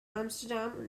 amsterdam